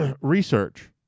research